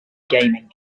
gaming